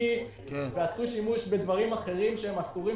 עסקי ועשו שימוש בדברים אחרים שהם אסורים